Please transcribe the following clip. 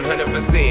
100%